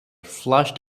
flushed